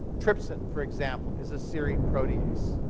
trypsin, for example, is a serine protease.